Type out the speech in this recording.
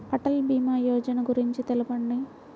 అటల్ భీమా యోజన గురించి తెలుపండి?